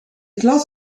glas